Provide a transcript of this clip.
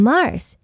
Mars